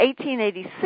1886